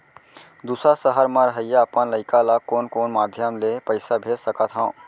दूसर सहर म रहइया अपन लइका ला कोन कोन माधयम ले पइसा भेज सकत हव?